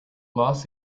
loss